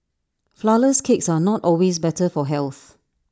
Flourless Cakes are not always better for health